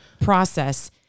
process